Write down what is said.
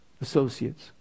associates